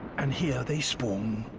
and here they spawn.